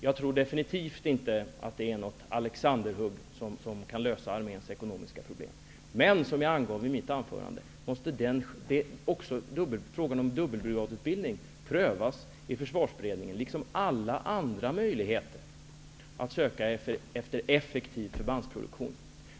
Jag tror definitivt inte att den är något alexanderhugg som kan lösa arméns ekonomiska problem. Som jag angav i mitt huvudanförande, måste också frågan om dubbelbrigadutbildning prövas i försvarsberedningen, liksom alla andra möjligheter att söka efter effektiv förbandsproduktion.